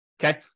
Okay